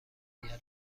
متصل